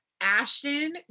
Ashton